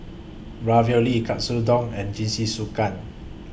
Ravioli Katsudon and Jingisukan